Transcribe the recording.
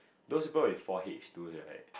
those goes with four H twos right